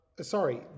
sorry